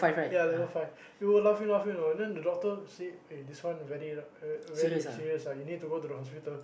ya level five we were laughing laughing know and then the doctor say eh this one uh very serious ah you need to go to the hospital